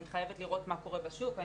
אני חייבת לראות מה קורה בשוק,